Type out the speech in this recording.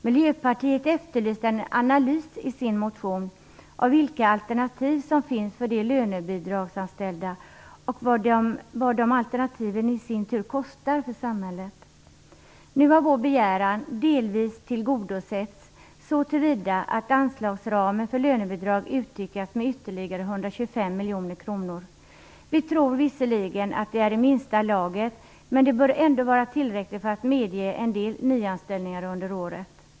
Miljöpartiet efterlyste i sin motion en analys av vilka alternativ som finns för de lönebidragsanställda och vad de alternativen i sin tur kostar för samhället. Nu har vår begäran delvis tillgodosetts, så till vida att anslagsramen för lönebidrag utökas med ytterligare 125 miljoner kronor. Vi tror visserligen att det är i minsta laget, men det bör ändå vara tillräckligt för att medge en del nyanställningar under året.